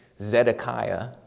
Zedekiah